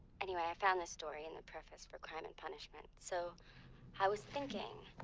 anyway, i found this story in the preface for crime and punishment. so i was thinking